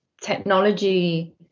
technology